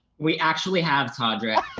we actually have.